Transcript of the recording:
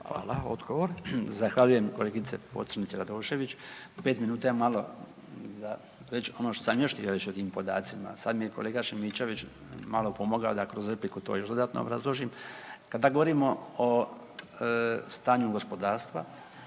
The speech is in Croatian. Branko (HDZ)** Zahvaljujem kolegice Pocrnić Radošević, 5 minuta je malo za već ono što sam još htio reći o tim podacima. Sad mi je kolega Šimičević malo pomogao da kroz repliku to još dodatno obrazložim. Kada govorimo o stanju gospodarstva